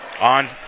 On